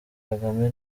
kagame